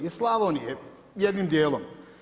Iz Slavonije jednim dijelom.